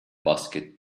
basket